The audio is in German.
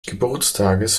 geburtstages